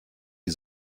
die